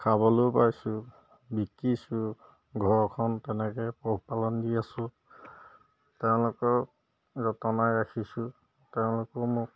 খাবলৈও পাইছোঁ বিকিছোঁ ঘৰখন তেনেকৈ পোহপালন দি আছোঁ তেওঁলোকক যতনাই ৰাখিছোঁ তেওঁলোকেও মোক